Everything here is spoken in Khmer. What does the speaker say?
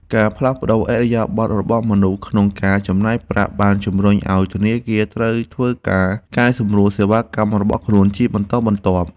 ការផ្លាស់ប្តូរឥរិយាបថរបស់មនុស្សក្នុងការចំណាយប្រាក់បានជំរុញឱ្យធនាគារត្រូវធ្វើការកែសម្រួលសេវាកម្មរបស់ខ្លួនជាបន្តបន្ទាប់។